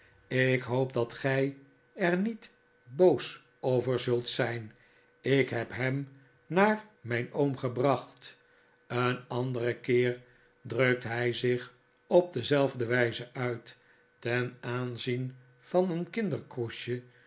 ik hoop dat gij er niet boos over zult zijn ik heb hem naar mijn oom gebracht een anderen keer drukt hij zich op dezelfde wijze uit ten aanzien van een